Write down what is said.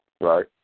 Right